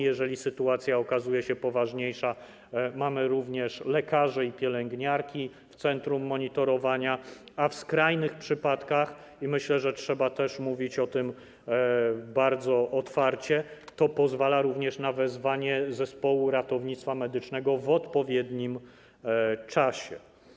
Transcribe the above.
Jeżeli sytuacja okazuje się poważniejsza, mamy również lekarzy i pielęgniarki w centrum monitorowania, a w skrajnych przypadkach, myślę, że trzeba mówić o tym bardzo otwarcie, to pozwala na wezwanie zespołu ratownictwa medycznego w odpowiednim czasie.